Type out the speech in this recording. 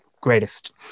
greatest